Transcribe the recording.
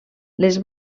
les